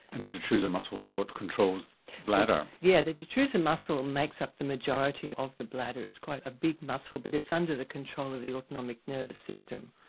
and the detrusor muscle is what controls the bladder. yeah, the detrusor muscle makes up the majority of the bladder, it's quite a big muscle but it's under the control of the autonomic nervous system.